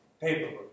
paperwork